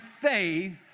faith